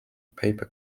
paper